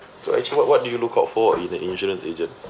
so actually what what do you look out for in an insurance agent